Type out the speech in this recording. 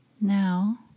Now